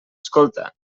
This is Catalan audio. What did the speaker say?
escolta